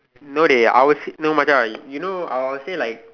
no dey ours no Macha I will say like